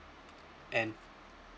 and